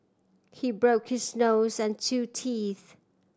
he broke his nose and two teeth